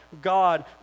God